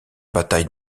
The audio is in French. bataille